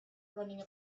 running